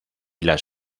las